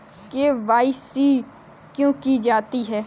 KYC क्यों की जाती है?